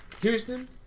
Houston